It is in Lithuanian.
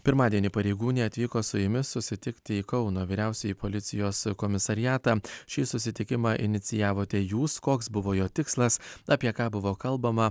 pirmadienį pareigūnė atvyko su jumis susitikti į kauno vyriausiąjį policijos komisariatą šį susitikimą inicijavote jūs koks buvo jo tikslas apie ką buvo kalbama